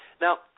Now